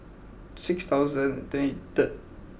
six thousand and